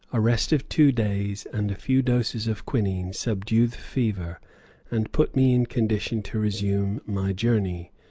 a rest of two days and a few doses of quinine subdue the fever and put me in condition to resume my journey.